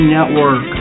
Network